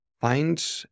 find